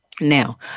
Now